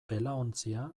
belaontzia